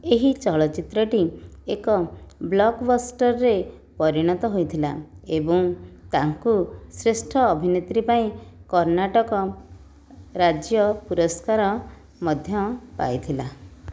ଏହି ଚଳଚ୍ଚିତ୍ରଟି ଏକ ବ୍ଲକବଷ୍ଟର୍ରେ ପରିଣତ ହୋଇଥିଲା ଏବଂ ତାଙ୍କୁ ଶ୍ରେଷ୍ଠ ଅଭିନେତ୍ରୀ ପାଇଁ କର୍ଣ୍ଣାଟକ ରାଜ୍ୟ ପୁରସ୍କାର ମଧ୍ୟ ପାଇଥିଲା